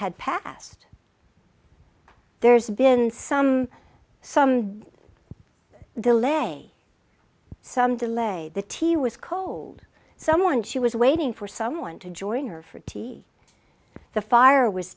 had passed there's been some some though lay some delay the tea was cold someone she was waiting for someone to join her for tea the fire was